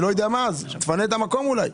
אולי שתפנה את המקום.